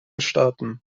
starten